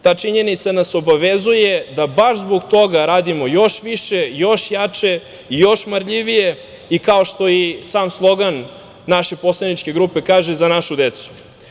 Ta činjenica nas obavezuje da baš zbog toga radimo još više, još jače, još marljivije i, kao što i sam slogan naše poslaničke grupe kaže, za našu decu.